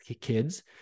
kids